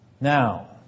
Now